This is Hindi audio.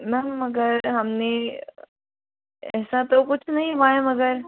मैम मगर हमने ऐसा तो कुछ नहीं हुआ है मगर